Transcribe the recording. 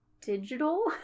digital